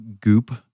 goop